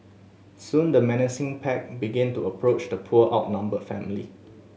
soon the menacing pack begin to approach the poor outnumbered family